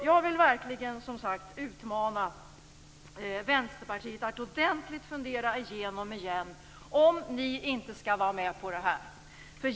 Jag vill verkligen, som sagt, utmana er i Vänsterpartiet att ordentligt fundera igenom igen om ni inte skall vara med på det här.